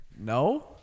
No